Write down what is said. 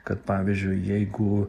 kad pavyzdžiui jeigu